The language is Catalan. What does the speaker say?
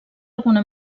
alguna